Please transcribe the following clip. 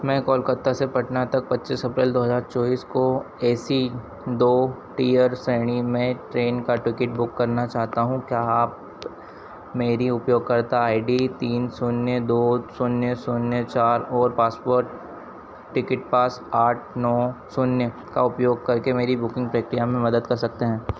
मैं कोलकाता से पटना तक पच्चीस अप्रैल दो हज़ार चौबीस को ए सी दो टियर श्रेणी में ट्रेन का टिकट बुक करना चाहता हूँ क्या आप मेरी उपयोगकर्ता आई डी तीन शून्य दो शून्य शून्य चार और पासवर्ड टिकटपास आठ नौ शूसून्य का उपयोग करके बुकिन्ग प्रक्रिया में मेरी मदद कर सकते हैं